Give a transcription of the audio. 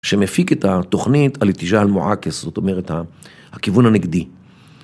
שמפיק את התוכנית הליטיג'ה על מועקס, זאת אומרת הכיוון הנגדי.